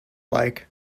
like